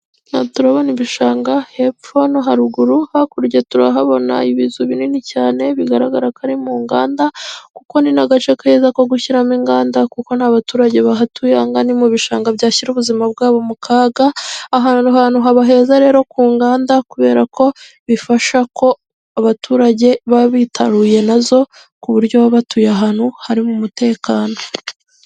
Turabona ibishanga hepfo no haruguru hakurya turahabona ibizu binini cyane bigaragara ko ari mu nganda, kuko ni n'agace keza ko gushyiramo inganda kuko nta baturage bahatuye angana mu bishanga byashyira ubuzima bwabo mu kaga ahahantu haba heza rero ku nganda kubera ko bifasha ko abaturage baba bitaruye nazo ku buryo baba batuye ahantu harimo umutekano.